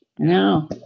No